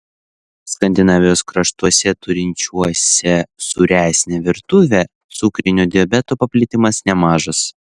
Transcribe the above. skandinavijos kraštuose turinčiuose sūresnę virtuvę cukrinio diabeto paplitimas nemažas